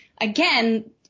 again